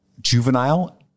juvenile